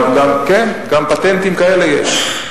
גם פטנטים כאלה יש.